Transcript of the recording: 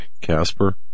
Casper